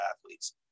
athletes